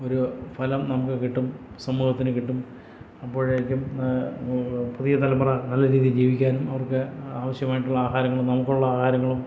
ഒരു ഫലം നമുക്ക് കിട്ടും സമൂഹത്തിന് കിട്ടും അപ്പോഴേക്കും പുതിയ തലമുറ നല്ല രീതിയില് ജീവിക്കാനും അവർക്ക് ആവിശ്യമായിട്ടുള്ള ആഹാരങ്ങളും നമുക്കുള്ള ആഹാരങ്ങളും